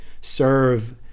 serve